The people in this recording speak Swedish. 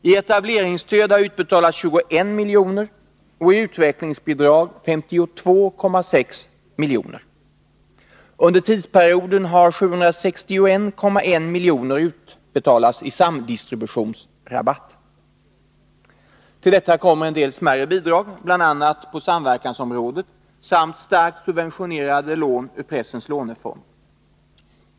I etableringsstöd har utbetalats 21 miljoner och i utvecklingsbidrag Till detta kommer en del smärre bidrag, bl.a. på samverkansområdet, samt starkt subventionerade lån ur Pressens lånefond.